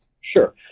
Sure